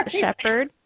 shepherd